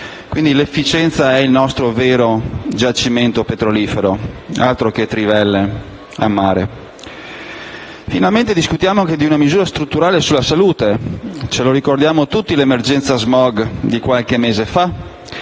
quindi, l'efficienza è il nostro vero giacimento petrolifero. Altro che trivelle a mare! Finalmente discutiamo di una misura strutturale sulla salute. Ricordiamo tutti l'emergenza *smog* di qualche mese fa;